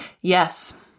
yes